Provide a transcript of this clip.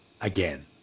Again